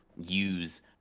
use